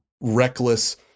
reckless